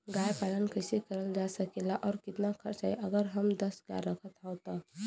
गाय पालन कइसे करल जा सकेला और कितना खर्च आई अगर दस गाय हो त?